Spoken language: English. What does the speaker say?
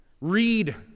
Read